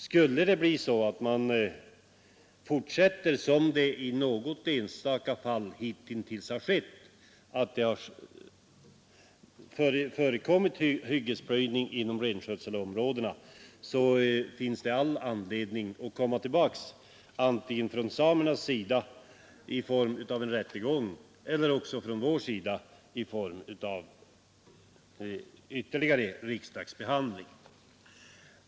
Skulle det bli hyggesplöjning inom renskötselområdena, vilket har skett i något enstaka fall, så finns det all anledning att komma tillbaka antingen från samernas sida i form av en rättegång eller också från vår sida i form av ytterligare initiativ i riksdagen.